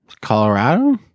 Colorado